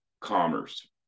commerce